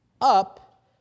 Up